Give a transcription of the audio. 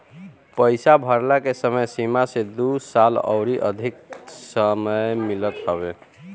पईसा भरला के समय सीमा से दू साल अउरी अधिका समय मिलत हवे